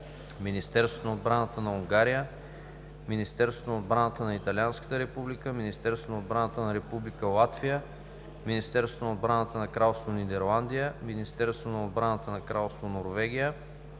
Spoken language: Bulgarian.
Министерството на отбраната на Унгария, Министерството на отбраната на Италианската република, Министерството на отбраната на Република Латвия, Министерството на отбраната на Кралство Нидерландия, Министерството на отбраната на Кралство Норвегия,